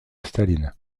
staline